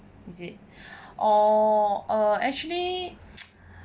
is it orh err actually